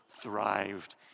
thrived